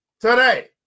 today